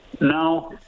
Now